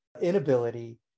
inability